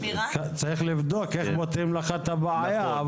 צריך לבדוק איך פותרים לך את הבעיה,